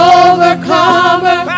overcomer